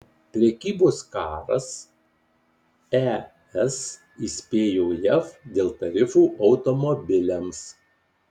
prekybos karas es įspėjo jav dėl tarifų automobiliams